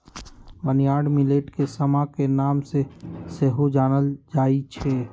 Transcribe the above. barnyard millet के समा के नाम से सेहो जानल जाइ छै